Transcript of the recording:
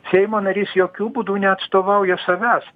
seimo narys jokių būdu neatstovauja savęs